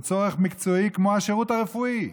הוא צורך מקצועי כמו השירות הרפואי,